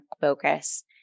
focus